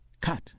Cut